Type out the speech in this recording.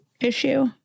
issue